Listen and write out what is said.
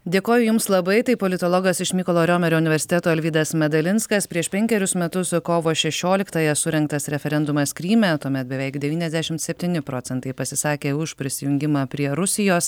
dėkoju jums labai tai politologas iš mykolo riomerio universiteto alvydas medalinskas prieš penkerius metus kovo šešioliktąją surengtas referendumas kryme tuomet beveik devyniasdešim septyni procentai pasisakė už prisijungimą prie rusijos